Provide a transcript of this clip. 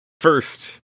first